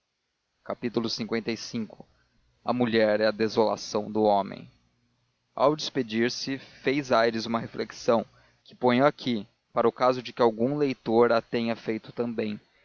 cousa lv a mulher é a desolação do homem ao desperdir se fez aires uma reflexão que ponho aqui para o caso de que algum leitor a tenha feito também